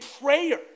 prayer